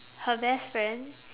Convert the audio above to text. her best friend